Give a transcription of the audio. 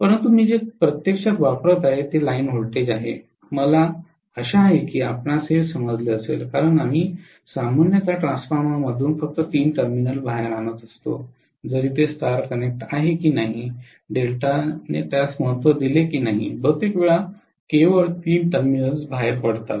परंतु मी जे प्रत्यक्षात वापरत आहे ते लाइन व्होल्टेज आहे मला आशा आहे की आपणास हे समजले असेल कारण आम्ही सामान्यत ट्रान्सफॉर्मरमधून फक्त तीन टर्मिनल बाहेर आणतो जरी ते स्टार कनेक्ट आहे की डेल्टाने त्यास महत्त्व दिले नाही बहुतेक वेळा केवळ तीन टर्मिनल बाहेर पडतात